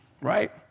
right